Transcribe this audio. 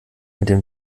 den